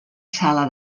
sala